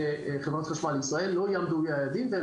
שחברת חשמל לישראל לא יעמדו ביעדים והם